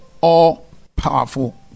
all-powerful